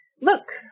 Look